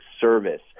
service